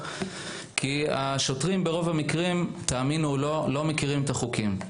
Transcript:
כי השוטרים ברוב המקרים תאמינו או לא לא מכירים את החוקים,